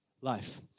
life